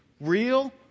real